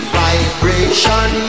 vibration